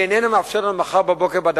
היא איננה מאפשרת לנו מחר בבוקר לתדלק